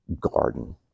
garden